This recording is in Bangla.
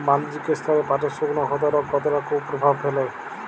বাণিজ্যিক স্তরে পাটের শুকনো ক্ষতরোগ কতটা কুপ্রভাব ফেলে?